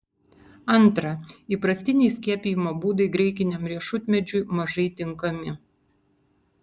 antra įprastiniai skiepijimo būdai graikiniam riešutmedžiui mažai tinkami